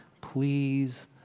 please